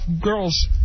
girls